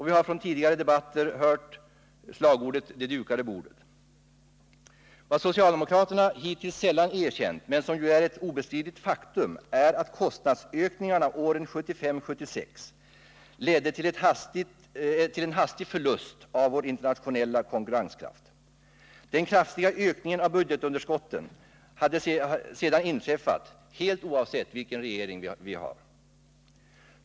Vi har i tidigare debatter fått höra slagordet om det dukade bordet. Vad socialdemokraterna hittills sällan erkänt, men något som ju är ett obestridligt faktum, är att kostnadsökningarna 1974-1975 ledde till en hastig förlust av internationell konkurrenskraft. Den kraftiga ökningen av budgetunderskotten hade sedan inträffat alldeles oavsett vilken regering vi hade haft.